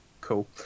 Cool